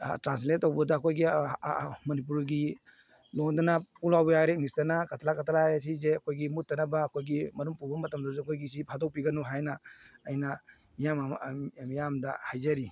translate ꯇꯧꯕꯗ ꯑꯩꯈꯣꯏꯒꯤ ꯃꯅꯤꯄꯨꯔꯒꯤ ꯂꯣꯟꯗꯅ ꯄꯨꯛꯂꯥꯎꯕꯤ ꯍꯥꯏꯔꯦ ꯏꯪꯂꯤꯁꯇꯅ ꯀꯇꯂꯥ ꯀꯇꯂꯥ ꯍꯥꯏꯔꯦ ꯁꯤꯁꯦ ꯑꯩꯈꯣꯏꯒꯤ ꯃꯨꯠꯇꯅꯕ ꯑꯩꯈꯣꯏꯒꯤ ꯃꯔꯨꯝ ꯄꯨꯕ ꯃꯇꯝꯗꯁꯨ ꯑꯩꯈꯣꯏꯒꯤ ꯁꯤ ꯐꯥꯗꯣꯛꯄꯤꯒꯅꯨ ꯍꯥꯏꯅ ꯑꯩꯅ ꯃꯤꯌꯥꯝꯗ ꯍꯥꯏꯖꯔꯤ